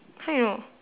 how you know